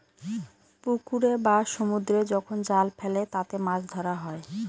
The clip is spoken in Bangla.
পুকুরে বা সমুদ্রে যখন জাল ফেলে তাতে মাছ ধরা হয়